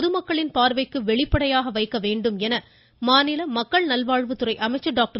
பொதுமக்களின் பார்வைக்கு வெளிப்படையாக வைக்க வேண்டும் என்று மாநில மக்கள் நல்வாழ்வுத்துறை அமைச்சர் டாக்டர்